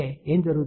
ఏమి జరుగుతుంది